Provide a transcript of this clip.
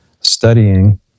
studying